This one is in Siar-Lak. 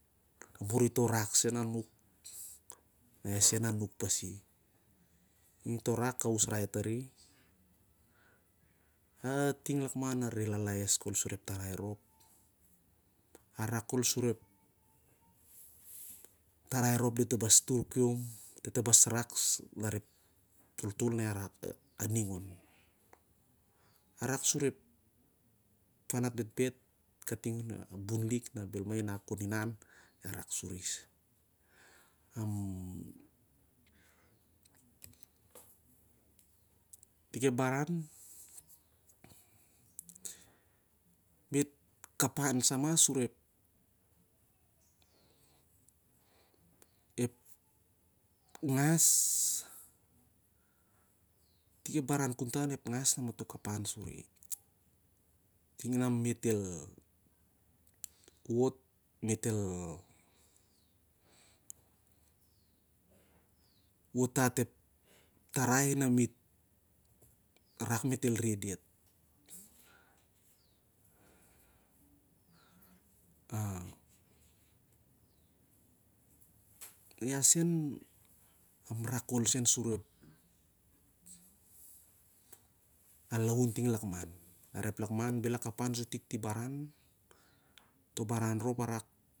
Muri to rak sen anuk na iau sen anuk pasi. Ning toh rak, a usrai ep, tari. Iau ting lakman areh lalaes sur ep tarai rop arak khol sur dit el bas turkiom, dato basel rak onep toltol na ia ningon. Aral siur ep fanat betbet kating on kai bun liklik. Mmmmm itik ep baran, me't kapan sa mah sur ep ngas sur ting na me't el wot tat ep tarai na me't drak me't el wot tat dit. Ah! Ia sen arak khol sen sur al laum ting lakan lar ep lakman bel akapan sur tik tih baran-rop akak aning.